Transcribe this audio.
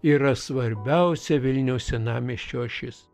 yra svarbiausia vilniaus senamiesčio ašis